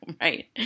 right